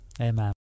Amen